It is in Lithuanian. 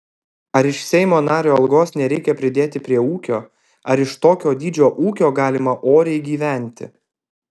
ar iš seimo nario algos nereikia pridėti prie ūkio ar iš tokio dydžio ūkio galima oriai gyventi